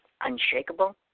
Unshakable